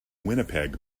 winnipeg